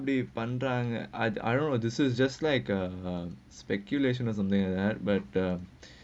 எப்டி பண்றாங்க:epdi pandraangga I I don't know this is just like a a speculation or something like that but uh